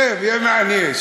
שב, שב, יהיה מעניין.